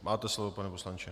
Máte slovo, pane poslanče.